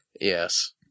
yes